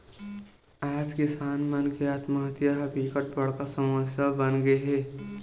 आज किसान मन के आत्महत्या ह बिकट बड़का समस्या बनगे हे